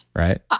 right?